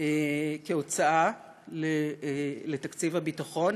כהוצאה לתקציב הביטחון,